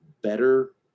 better